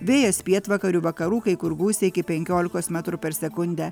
vėjas pietvakarių vakarų kai kur gūsiai iki penkiolikos metrų per sekundę